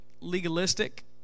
legalistic